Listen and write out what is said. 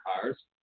cars